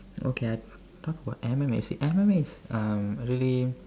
okay I talk about M_M_A see M_M_A is uh really